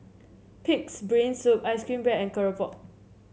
pig's brain soup ice cream bread and keropok